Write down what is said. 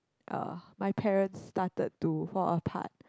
uh my parents started to fall apart